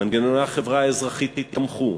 מנגנוני החברה האזרחית תמכו,